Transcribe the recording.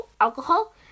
alcohol